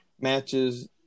matches